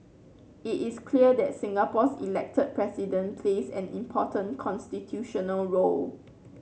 it is clear that Singapore's elected President plays an important constitutional role